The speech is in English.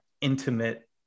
intimate